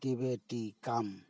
ᱴᱤᱵᱮᱴᱤ ᱠᱟᱢ